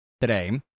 today